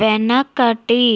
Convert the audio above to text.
వెనకటి